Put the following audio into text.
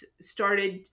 started